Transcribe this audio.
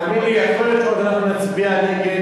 תאמין לי, יכול להיות שעוד נצביע נגד.